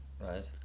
right